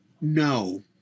No